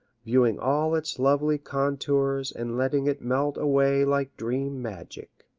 viewing all its lovely contours and letting it melt away like dream magic.